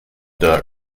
der